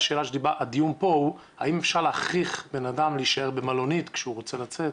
הדיון פה הוא האם אפשר להכריח בנאדם להישאר במלונית כשהוא רוצה לצאת.